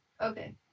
Okay